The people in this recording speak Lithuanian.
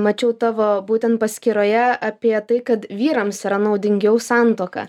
mačiau tavo būtent paskyroje apie tai kad vyrams yra naudingiau santuoka